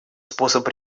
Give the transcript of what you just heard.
способ